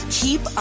keep